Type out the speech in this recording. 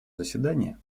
заседание